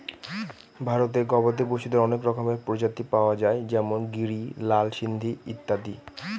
ভারতে গবাদি পশুদের অনেক রকমের প্রজাতি পাওয়া যায় যেমন গিরি, লাল সিন্ধি ইত্যাদি